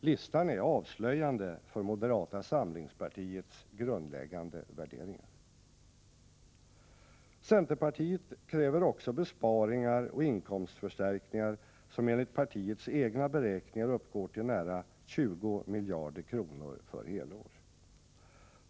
Listan är avslöjande för moderata samlingspartiets grundläggande värderingar. Centerpartiet kräver också besparingar och inkomstförstärkningar som enligt partiets egna beräkningar uppgår till nära 20 miljarder kronor för helår.